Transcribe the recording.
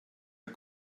der